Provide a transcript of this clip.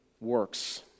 works